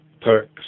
perks